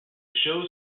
show